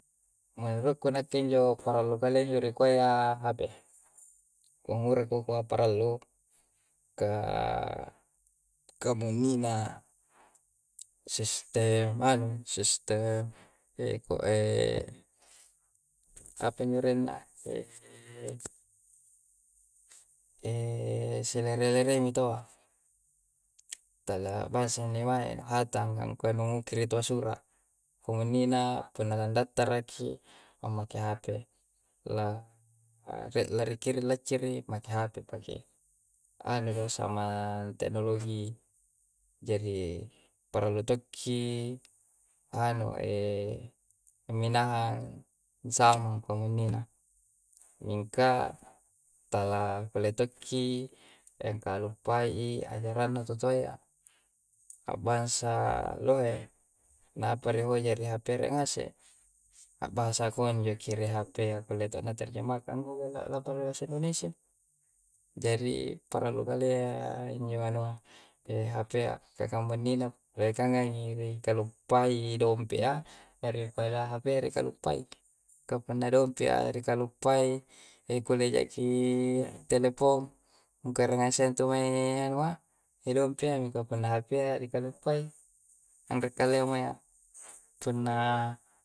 Menurukku nakke injo parallu kalea injo ri kuayya hape. Ka ngura ku kua parallu? Ka kamunnina sistem anu mi, sistem apanjo arenna? silere-lereimi taua. Talabbansa nni mae hatang ka nu ngukiri taua sura'. Kamunnina punna landattaraki, ammake hape. La rie la ri kiring lacciri, make hape paki. Anu do, samang te'nologi. Jadi parallu tokki anu, amminahang samang kamunnina. Mingka, talakkulle tokki angkaluppai'i ajaranna tutoayya. Abbansa lohe. Nampa nihoja ri hapea, rie' ngase' mi. Abbasa konjo ki ri hapea kulle to' na terjemahkang google a lampa ri bahasa indonesia. Jari parallu kalea injo anua, e hapea. Ka kamunnina, riekangngangi rikaluppai dompe'a daripada hape a rikaluppai. Ka punna dompe'a rikaluppai, e kulle jaki attelepong angkua erangngang sa'a intu mae anua, e dompe'a. Mingka punna hapea dikaluppai, anrekkaleamoyya. punna